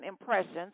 impressions